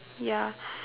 ya